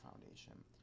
Foundation